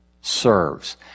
serves